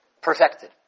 perfected